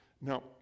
Now